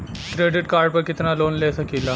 Credit card पर कितनालोन ले सकीला?